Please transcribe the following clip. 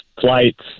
flights